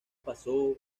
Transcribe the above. pasó